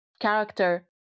character